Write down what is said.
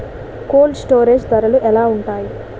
Cold storage ధరలు ఎలా ఉంటాయి?